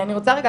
אני רוצה רגע,